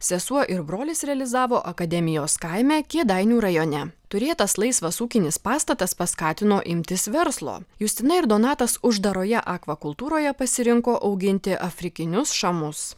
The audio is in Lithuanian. sesuo ir brolis realizavo akademijos kaime kėdainių rajone turėtas laisvas ūkinis pastatas paskatino imtis verslo justina ir donatas uždaroje akvakultūroje pasirinko auginti afrikinius šamus